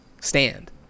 stand